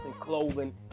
clothing